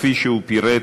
שהוא פירט.